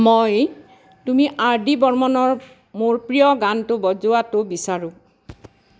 মই তুমি R D বৰ্মনৰ মোৰ প্ৰিয় গানটো বজোৱাতো বিচাৰোঁ